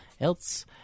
else